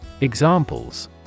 Examples